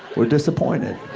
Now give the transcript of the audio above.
we're disappointed.